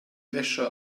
wäsche